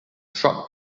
truck